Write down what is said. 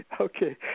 Okay